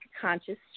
conscious